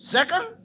Second